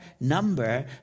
number